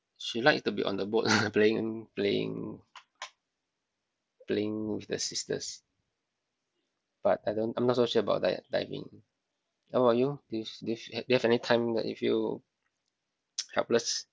she like to be on the boat lah playing playing playing with the sisters but I don't I'm not so sure about di~ diving how about you do you do you have any time that you feel helpless